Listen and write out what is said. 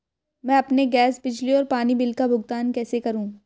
मैं अपने गैस, बिजली और पानी बिल का भुगतान कैसे करूँ?